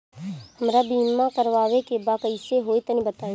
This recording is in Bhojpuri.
हमरा बीमा करावे के बा कइसे होई तनि बताईं?